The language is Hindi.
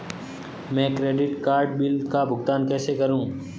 मैं क्रेडिट कार्ड बिल का भुगतान कैसे करूं?